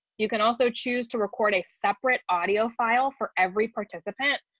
you can also choose to record a separate audio file for every participant.